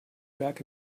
berg